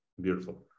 beautiful